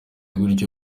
gutyo